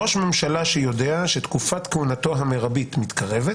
ראש ממשלה שיודע שתקופת כהונתו המרבית מתקרבת